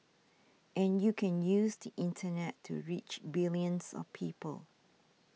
and you can use the internet to reach billions of people